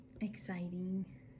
exciting